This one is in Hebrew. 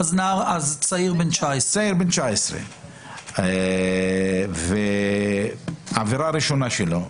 צעיר בן 19. צעיר בן 19. זאת עבירה ראשונה שלו.